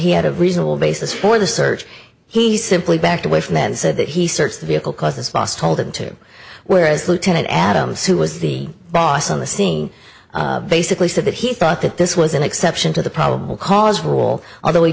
he had a reasonable basis for the search he simply backed away from that said that he searched the vehicle cause his boss told him to whereas lieutenant adams who was the boss on the scene basically said that he thought that this was an exception to the probable cause rule although